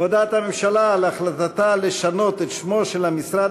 הודעת הממשלה על החלטתה לשנות את שמו של המשרד